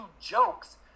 jokes